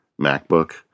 MacBook